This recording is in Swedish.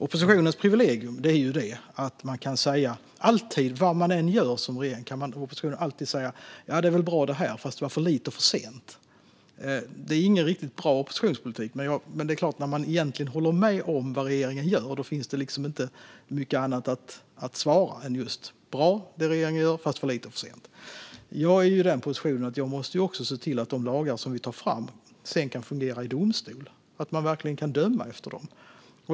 Oppositionens privilegium är att alltid, vad regeringen än gör, kunna säga: Det här är väl bra, men det är för lite och för sent. Detta är inte någon riktigt bra oppositionspolitik, men när man egentligen håller med om det som regeringen gör finns det inte mycket annat att svara än: Det regeringen gör är bra, men det är för lite och för sent. Jag är i den positionen att jag också måste se till att de lagar vi tar fram sedan kan fungera i domstol - att man verkligen kan döma utifrån dem.